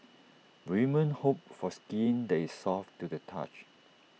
women hope for skin that is soft to the touch